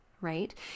right